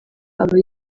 aba